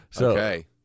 Okay